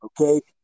Okay